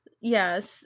yes